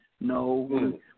No